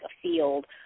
afield